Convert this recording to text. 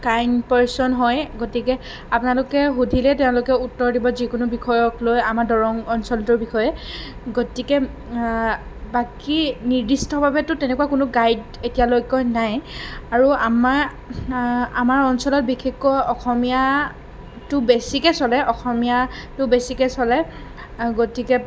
কাইণ পাৰচন হয় গতিকে আপোনালোকে সুধিলে তেওঁলোকে উত্তৰ দিব যিকোনো বিষয়ক লৈ আমাৰ দৰং অঞ্চলটোৰ বিষয়ে গতিকে বাকী নিৰ্দিষ্টভাৱেতো তেনেকুৱা কোনো গাইড এতিয়ালৈকৈ নাই আৰু আমাৰ আমাৰ অঞ্চলত বিশেষকৈ অসমীয়াটো বেছিকৈ চলে অসমীয়াটো বেছিকৈ চলে গতিকে